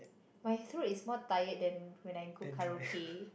my throat is more tired than when I go karaoke